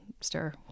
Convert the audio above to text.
stir